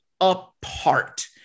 apart